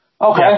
Okay